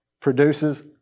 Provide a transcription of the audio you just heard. produces